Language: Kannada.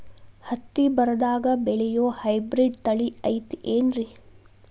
ಹತ್ತಿ ಬರದಾಗ ಬೆಳೆಯೋ ಹೈಬ್ರಿಡ್ ತಳಿ ಐತಿ ಏನ್ರಿ?